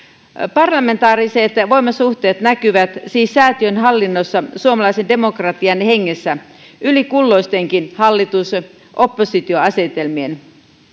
parlamentaariset voimasuhteet näkyvät siis säätiön hallinnossa suomalaisen demokratian hengessä yli kulloistenkin hallitus oppositio asetelmien